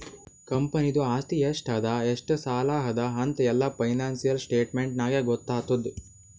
ಕಂಪನಿದು ಆಸ್ತಿ ಎಷ್ಟ ಅದಾ ಎಷ್ಟ ಸಾಲ ಅದಾ ಅಂತ್ ಎಲ್ಲಾ ಫೈನಾನ್ಸಿಯಲ್ ಸ್ಟೇಟ್ಮೆಂಟ್ ನಾಗೇ ಗೊತ್ತಾತುದ್